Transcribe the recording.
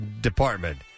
department